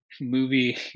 movie